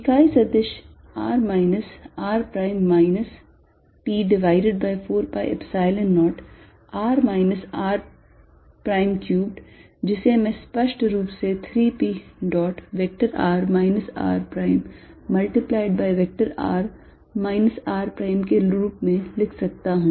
इकाई सदिश r minus r prime minus p divided by 4 pi Epsilon 0 r minus r prime cubed जिसे मैं स्पष्ट रूप से 3 p dot vector r minus r prime multiplied by vector r minus r prime के रूप में भी लिख सकता हूं